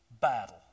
battle